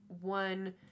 one